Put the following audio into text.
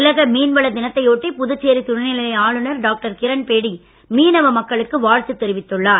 உலக மீன்வள தினத்தை ஒட்டி புதுச்சேரி துணை நிலை ஆளுநர் டாக்டர் கிரண் பேடி மீனவ மக்களுக்கு வாழ்த்து தெரிவித்துள்ளார்